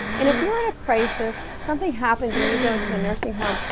and if you're in a crisis, something happens and you go into a nursing home,